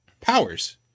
Powers